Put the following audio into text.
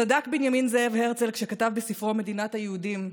צדק בנימין זאב הרצל כשכתב בספרו מדינת היהודים: